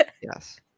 Yes